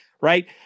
right